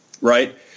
right